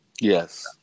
Yes